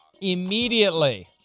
immediately